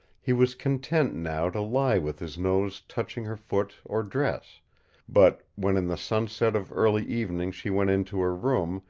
he was content now to lie with his nose touching her foot or dress but when in the sunset of early evening she went into her room,